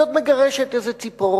היא עוד מגרשת איזה ציפור,